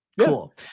cool